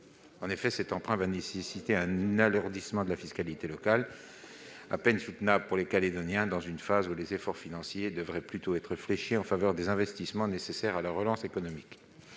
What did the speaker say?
En effet, cet emprunt va entraîner un alourdissement de la fiscalité locale à peine soutenable pour les Calédoniens, dans une phase où les efforts financiers devraient plutôt être fléchés en faveur des investissements nécessaires à la relance économique.